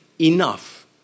enough